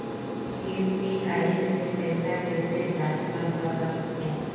UPI से पैसा कैसे जाँच कर सकत हो?